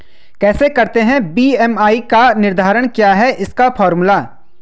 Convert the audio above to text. कैसे करते हैं बी.एम.आई का निर्धारण क्या है इसका फॉर्मूला?